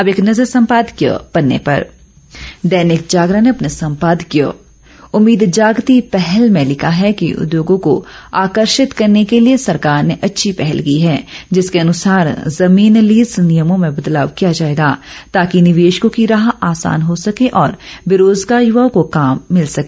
अब एक नज़र संपादकीय पन्ने पर दैनिक जागरण ने अपने संपादकीय उम्मीद जागती पहल में लिखा है कि उद्योगों को आकर्षित करने के लिए सरकार ने अच्छी पहल की है जिसके अनुसार जमीन लीज नियमों में बदलाव किया जाएगा ताकि निवेशकों की राह आसान हो सके और बेरोजगार युवाओं को काम मिल सके